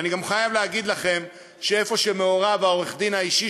ואני גם חייב להגיד לכם שאיפה שמעורב עורך-הדין האישי